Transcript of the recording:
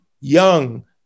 young